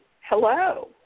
hello